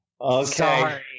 okay